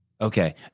okay